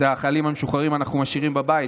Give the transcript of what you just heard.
את החיילים המשוחררים אנחנו משאירים בבית,